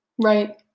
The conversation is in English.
right